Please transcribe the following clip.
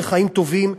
וחיים טובים,